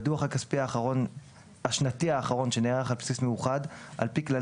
בדוח הכספי השנתי האחרון שנערך על בסיס מאוחד על פי כללי